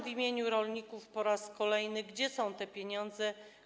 W imieniu rolników po raz kolejny pytam: Gdzie są te pieniądze?